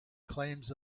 claims